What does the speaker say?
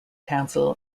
council